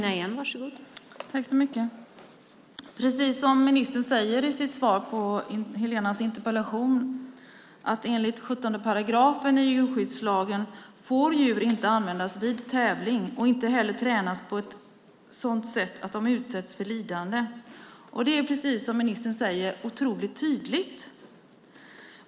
Fru talman! Precis som ministern sade i sitt svar på Helenas interpellation får djur enligt 17 § djurskyddslagen inte användas vid tävling och inte heller tränas på ett sådant sätt att de utsätts för lidande. Det är, precis som ministern säger, otroligt tydligt.